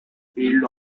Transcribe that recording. peeled